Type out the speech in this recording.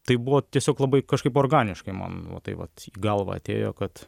tai buvo tiesiog labai kažkaip organiškai man va taip vat galvą atėjo kad